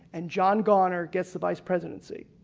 and john garner gets the vice presidency